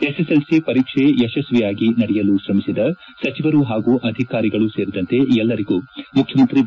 SSLC ಪರೀಕ್ಷೆ ಯಶಸ್ವಿಯಾಗಿ ನಡೆಯಲು ಶ್ರಮಿಸಿದ ಸಚಿವರು ಹಾಗೂ ಅಧಿಕಾರಿಗಳು ಸೇರಿದಂತೆ ಎಲ್ಲರಿಗೂ ಮುಖ್ಯಮಂತ್ರಿ ಬಿ